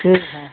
ठीक है